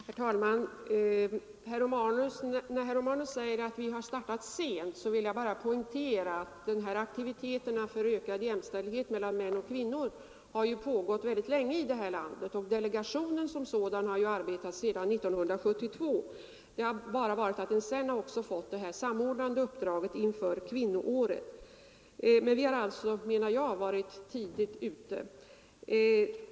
Herr talman! Herr Romanus säger att vi har startat sent, men jag vill poängtera att aktiviteten för ökad jämställdhet mellan män och kvinnor har pågått länge i det här landet. Delegationen som sådan har ju arbetat sedan 1972. Det nya är att den sedan också har fått uppdraget att vara samordnare inför kvinnoåret. Vi har alltså, menar jag, varit tidigt ute.